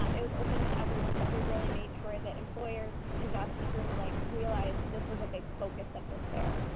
um it was open to everyone, but we really made sure that employers and job-seekers alike realized that this was a big focus of this fair,